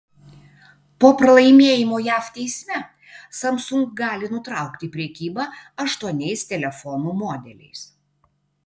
po pralaimėjimo jav teisme samsung gali nutraukti prekybą aštuoniais telefonų modeliais